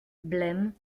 blême